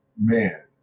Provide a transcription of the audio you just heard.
man